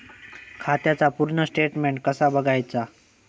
खात्याचा पूर्ण स्टेटमेट कसा बगायचा?